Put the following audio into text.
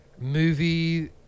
movie